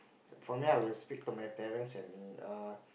for me I will speak to my parents and err